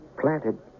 planted